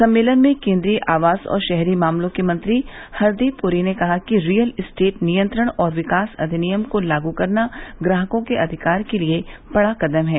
सम्मेलन में केन्द्रीय आवास और शहरी मामलों के मंत्री हरदीप पुरी ने कहा कि रियल इस्टेट नियंत्रण और विकास अधिनियम को लागू करना ग्राहकों के अधिकार के लिए बड़ा कदम है